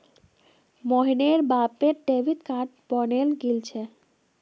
मोहनेर बापेर debit card बने गेल छे